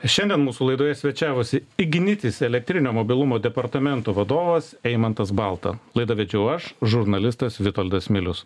šiandien mūsų laidoje svečiavosi ignitis elektrinio mobilumo departamento vadovas eimantas balta laidą vedžiau aš žurnalistas vitoldas milius